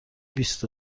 بیست